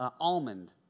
almond